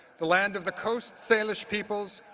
the land of the coast salish peoples,